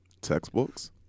Textbooks